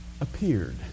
appeared